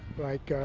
like,